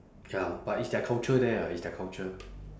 ya but it's their culture there ah it's their culture